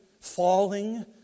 falling